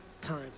time